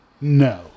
No